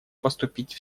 поступить